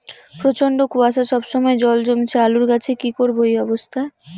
প্রচন্ড কুয়াশা সবসময় জল জমছে আলুর গাছে কি করব এই অবস্থায়?